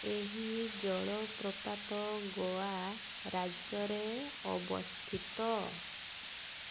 ଏହି ଜଳପ୍ରପାତ ଗୋଆ ରାଜ୍ୟରେ ଅବସ୍ଥିତ